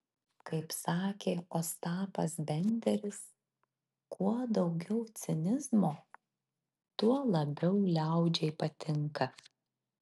kaip sakė ostapas benderis kuo daugiau cinizmo tuo labiau liaudžiai patinka